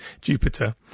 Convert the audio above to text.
Jupiter